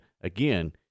again